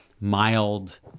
mild